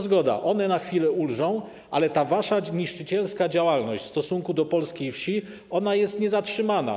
Zgoda, one na chwile ulżą, ale ta wasza niszczycielska działalność w stosunku do polskiej wsi jest niezatrzymana.